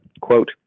Quote